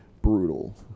brutal